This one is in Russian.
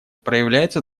проявляется